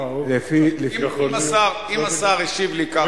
אם השר השיב לי כך,